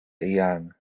eang